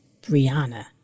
Brianna